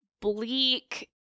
bleak